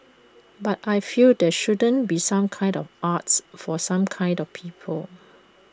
but I feel there shouldn't be some kinds of arts for some kinds of people